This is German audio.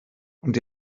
und